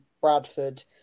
Bradford